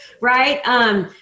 right